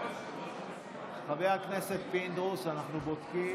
חבר הכנסת פינדרוס, אנחנו בודקים.